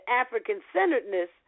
African-centeredness